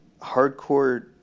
hardcore